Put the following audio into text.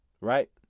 right